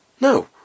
No